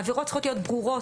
העבירות צריכות ברורות,